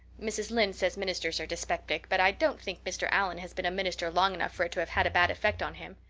mrs. lynde says ministers are dyspeptic, but i don't think mr. allan has been a minister long enough for it to have had a bad effect on him.